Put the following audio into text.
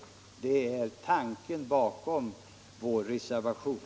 Det är tanken bakom vår reservation.